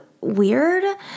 weird